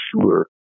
sure